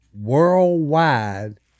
worldwide